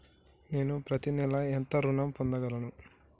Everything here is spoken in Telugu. నేను పత్తి నెల ఎంత ఋణం పొందగలను?